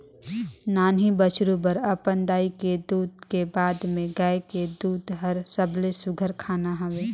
नान्हीं बछरु बर अपन दाई के दूद के बाद में गाय के दूद हर सबले सुग्घर खाना हवे